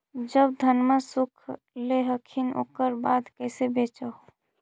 जब धनमा सुख ले हखिन उकर बाद कैसे बेच हो?